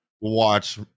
watch